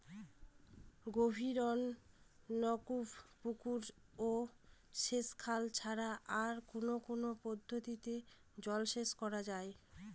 গভীরনলকূপ পুকুর ও সেচখাল ছাড়া আর কোন কোন পদ্ধতিতে জলসেচ করা যায়?